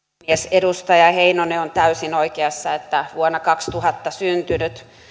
edustaja heinonen on täysin oikeassa että vuonna kaksituhatta syntynyt